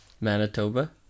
manitoba